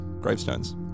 gravestones